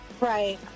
right